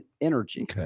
energy